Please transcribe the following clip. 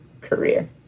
career